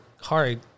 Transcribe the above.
hard